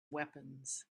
weapons